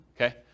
okay